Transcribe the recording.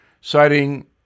citing